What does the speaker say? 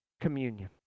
Communion